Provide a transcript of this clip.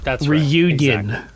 Reunion